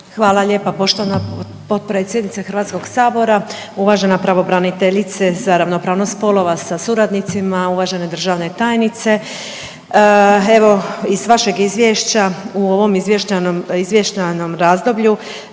Hvala lijepa poštovana potpredsjednice Hrvatskog sabora, uvažena pravobraniteljice za ravnopravnost spolova sa suradnicima, uvažene državne tajnice. Evo iz vašeg izvješća u ovom izvještajnom razdoblju